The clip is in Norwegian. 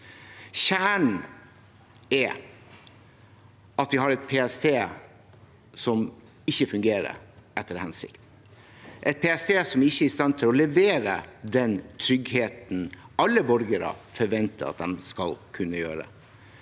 Kjernen er at vi har et PST som ikke fungerer etter hensikten, et PST som ikke er i stand til å levere den tryggheten alle borgere forventer at de skal kunne levere.